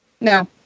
No